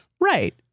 right